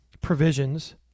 provisions